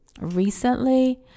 recently